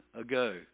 ago